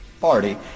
Party